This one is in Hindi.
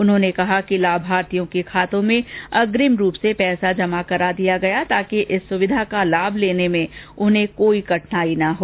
उन्होंने कहा कि लाभार्थियों के खातों में अग्रिम रूप में पैसा जमा कर दिया गया था ताकि इस सुविधा का लाभ लेने में उन्हें कोई कठिनाई न हो